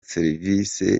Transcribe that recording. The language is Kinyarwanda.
serivise